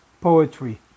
poetry